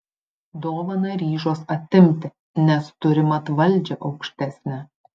dovaną ryžos atimti nes turi mat valdžią aukštesnę